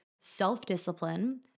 self-discipline